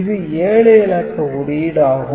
இது 7 இலக்க குறியீடு ஆகும்